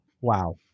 Wow